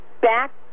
back